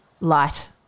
light